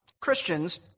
Christians